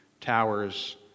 towers